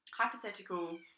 hypothetical